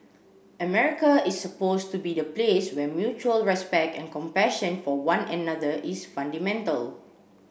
America is supposed to be the place where mutual respect and compassion for one another is fundamental